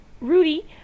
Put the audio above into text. Rudy